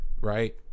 right